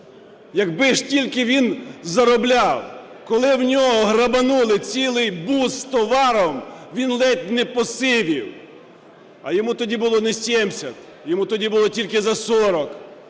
Якби ж тільки він заробляв. Коли в нього грабонули цілий бус з товаром, він ледь не посивів. А йому тоді було не 70, йому тоді було тільки за 40.